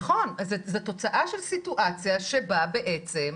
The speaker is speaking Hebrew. נכון, זאת תוצאה של סיטואציה שבה בעצם,